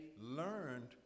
learned